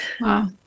Wow